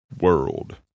World